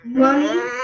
money